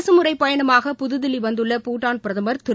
அரசு முறை பயணமாக புதுதில்லி வந்துள்ள பூடான் பிரதம் திரு